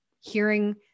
hearing